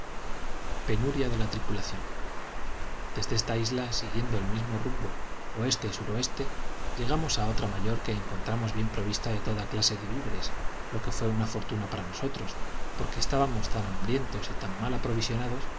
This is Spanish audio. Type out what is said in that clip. penuria de a tripulación desde esta isla siguiendo el mismo rumbo oestesuroeste llegamos a otra mayor que encontramos bien provista de toda clase de víveres lo que fué una fortuna para nosotros porque estábamos tan hambrientos y tan mal aprovisionados